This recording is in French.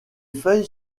feuilles